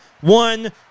One